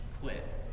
quit